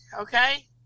okay